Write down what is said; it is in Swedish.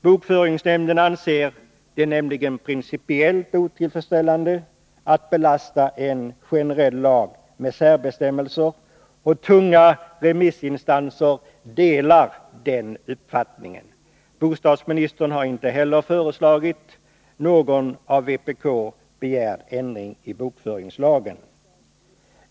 Bokföringsnämnden anser det principiellt otillfredsställande att belasta en generell regel med särbestämmelser, och tunga remissinstanser delar den uppfattningen. Bostadsministern har inte heller föreslagit någon av vpk begärd ändring i bokföringslagen.